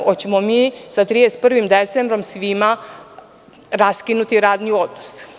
Hoćemo li sa 31. decembrom sa svima raskinuti radni odnos?